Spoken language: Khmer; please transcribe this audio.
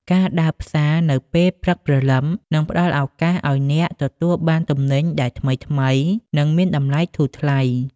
ការដើរផ្សារនៅពេលព្រឹកព្រលឹម នឹងផ្តល់ឱកាសឱ្យអ្នកទទួលបានទំនិញដែលថ្មីៗ និងមានតម្លៃធូរថ្លៃ។